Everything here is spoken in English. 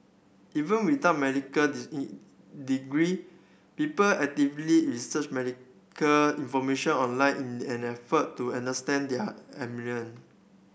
even without medical degree people actively research medical information online in an effort to understand their ailment